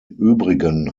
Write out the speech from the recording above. übrigen